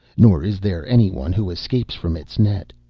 nor is there any one who escapes from its net.